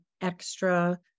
extra